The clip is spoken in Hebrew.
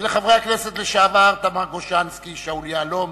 ולחברי הכנסת לשעבר תמר גוז'נסקי, שאול יהלום